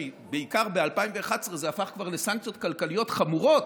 כשבעיקר ב-2011 זה הפך כבר לסנקציות כלכליות חמורות,